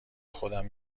خودم